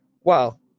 wow